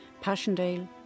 Passchendaele